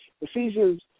Ephesians